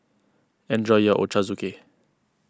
enjoy your Ochazuke